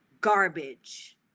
garbage